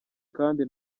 kandi